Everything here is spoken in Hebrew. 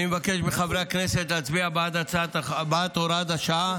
אני מבקש מחברי הכנסת להצביע בעד הוראת השעה.